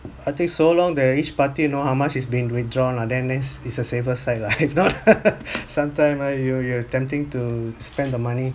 I think so long that each party know how much is been withdrawn lah then that's it's a safer side lah if not sometime ah you you are tempting to spend the money